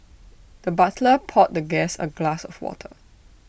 the butler poured the guest A glass of water